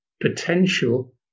potential